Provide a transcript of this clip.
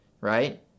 right